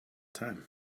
time